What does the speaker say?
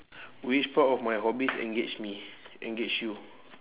which part of my hobbies engage me engage you